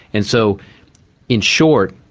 and so in short,